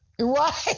right